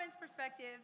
perspective